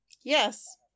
Yes